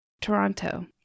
Toronto